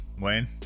Wayne